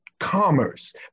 commerce